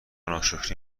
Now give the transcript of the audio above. ناشکری